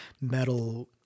metal